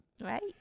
Right